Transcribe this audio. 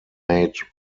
made